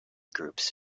groups